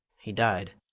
he died,